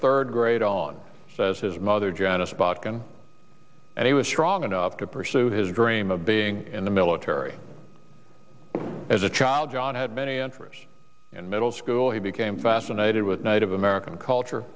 third grade on as his mother janice bokken and he was strong enough to pursue his dream of being in the military as a child john had many interests in middle school he became fascinated with native american culture